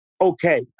okay